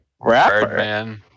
Birdman